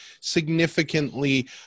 significantly